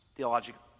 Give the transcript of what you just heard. theological